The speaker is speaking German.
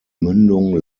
mündung